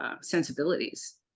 sensibilities